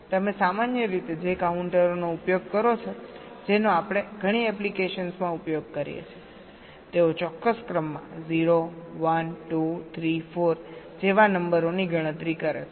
તમે સામાન્ય રીતે જે કાઉન્ટરોનો ઉપયોગ કરો છો જેનો આપણે ઘણી એપ્લિકેશન્સમાં ઉપયોગ કરીએ છીએ તેઓ ચોક્કસ ક્રમમાં 0 1 2 3 4 જેવા નંબરોની ગણતરી કરે છે